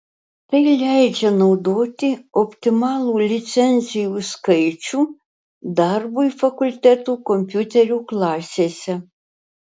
tai leidžia naudoti optimalų licencijų skaičių darbui fakultetų kompiuterių klasėse